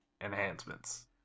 enhancements